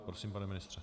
Prosím, pane ministře.